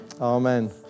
Amen